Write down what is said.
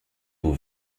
vous